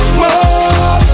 more